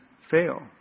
fail